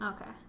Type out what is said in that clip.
Okay